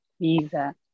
visa